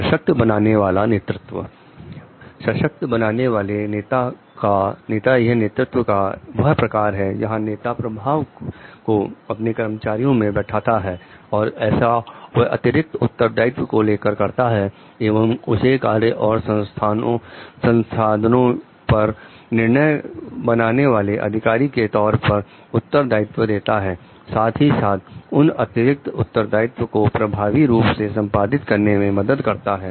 सशक्त बनाने वाले नेता सशक्त बनाने वाले नेता यह नेतृत्व का वह प्रकार है जहां नेता प्रभाव को अपने कर्मचारी में बैठता है और ऐसा वह अतिरिक्त उत्तरदायित्व को लेकर करता है एवं उसे कार्य और संसाधनों पर निर्णय बनाने वाले अधिकारी के तौर पर उत्तरदायित्व देता है साथ ही साथ उन अतिरिक्त उत्तरदायित्व को प्रभावी रूप से संपादित करने में मदद करता है